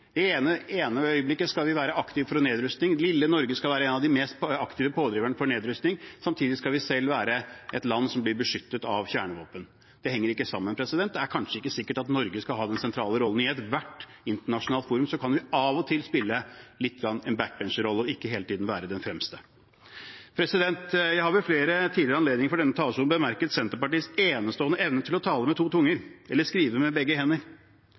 det ene øyeblikket skal vi være aktive for nedrustning, lille Norge skal være en av de mest aktive pådriverne for nedrustning, samtidig skal vi selv være et land som blir beskyttet av kjernevåpen. Det henger ikke sammen. Det er kanskje ikke sikkert at Norge skal ha den sentrale rollen i ethvert internasjonalt forum – vi kan av og til ha lite grann en backbencherrolle og ikke hele tiden være den fremste. Jeg har ved flere tidligere anledninger fra denne talerstolen bemerket Senterpartiets enestående evne til å tale med to tunger, eller skrive med begge hender,